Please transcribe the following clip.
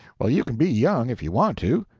well, you can be young if you want to.